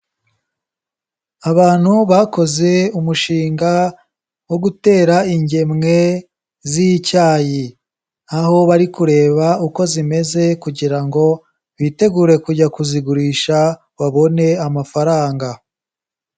Abantu bakoze umushinga wo gutera ingemwe z'icyayi. Aho bari kureba uko zimeze kugira ngo bitegure kujya kuzigurisha, babone amafaranga.